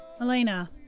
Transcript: Elena